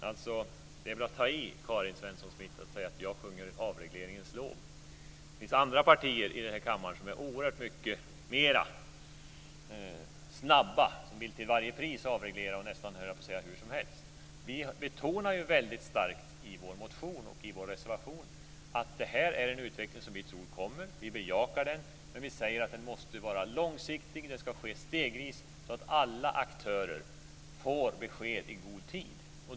Fru talman! Det är väl att ta i, Karin Svensson Smith, att säga att jag sjunger avregleringens lov. Det finns andra partier i den här kammaren som är oerhört mycket snabbare och som till varje pris vill avreglera och nästan hur som helst. Vi betonar ju väldigt starkt i vår motion och i vår reservation att detta är en utveckling som vi tror kommer. Vi bejakar den. Men vi säger att den måste vara långsiktig. Den ska ske stegvis så att alla aktörer får besked i god tid.